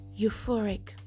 Euphoric